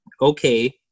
Okay